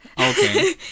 Okay